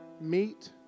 meet